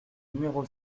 numéro